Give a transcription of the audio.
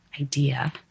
idea